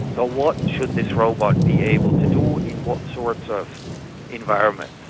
so what should this robot be able to do in what sorts of environments?